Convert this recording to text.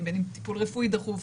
בין אם טיפול רפואי דחוף,